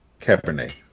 Cabernet